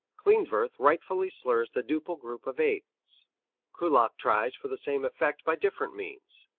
klindworth rightfully slurs the duple group of eighths kullak tries for the same effect by different means.